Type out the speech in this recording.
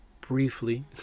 Briefly